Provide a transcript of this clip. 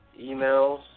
emails